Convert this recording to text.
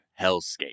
hellscape